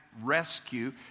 rescue